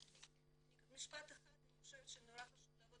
עוד משפט אחד: אני חשוב שמאוד חשוב לעבוד